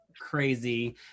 crazy